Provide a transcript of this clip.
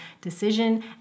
decision